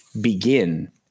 begin